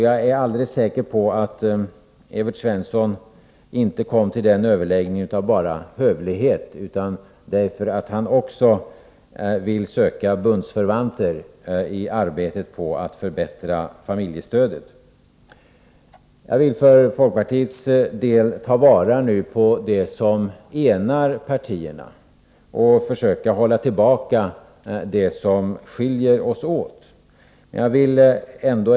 Jag är alldeles säker på att Evert Svensson inte kom till den överläggningen bara av hövlighet utan också därför att han ville söka bundsförvanter i arbetet på att förbättra familjestödet. Jag vill för folkpartiets del ta vara på det som enar partierna och försöka hålla tillbaka det som skiljer oss åt.